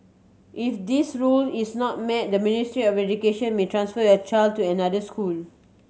if this rule is not met the Ministry of Education may transfer your child to another school